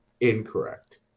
incorrect